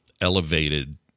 elevated